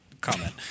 comment